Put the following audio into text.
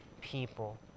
people